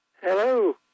Hello